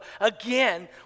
again